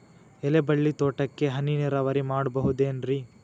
ಎಲೆಬಳ್ಳಿ ತೋಟಕ್ಕೆ ಹನಿ ನೇರಾವರಿ ಮಾಡಬಹುದೇನ್ ರಿ?